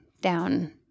down